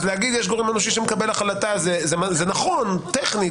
לומר שיש גורם אנושי שמקבל החלטה זה נכון טכנית,